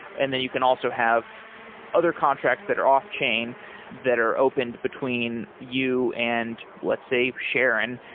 and then you can also have other contracts that are off chain that are opened between you and let's say sharon.